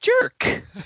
jerk